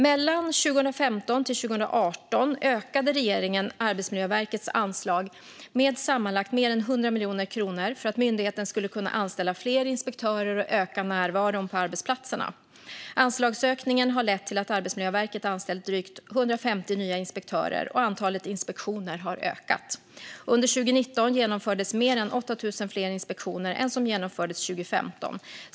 Mellan 2015 och 2018 ökade regeringen Arbetsmiljöverkets anslag med sammanlagt mer än 100 miljoner kronor för att myndigheten skulle kunna anställa fler inspektörer och öka närvaron på arbetsplatserna. Anslagsökningen har lett till att Arbetsmiljöverket har anställt drygt 150 nya inspektörer och till att antalet inspektioner har ökat. Under 2019 genomfördes mer än 8 000 fler inspektioner än vad som genomfördes 2015.